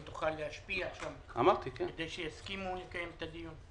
אם תוכל להשפיע שם כדי שיסכימו לקיים את הדיון.